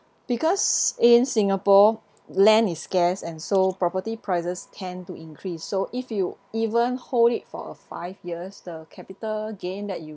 because in singapore land is scarce and so property prices tend to increase so if you even hold it for a five years the capital gain that you